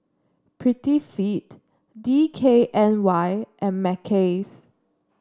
Prettyfit D K N Y and Mackays